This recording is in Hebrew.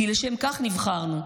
כי לשם כך נבחרנו: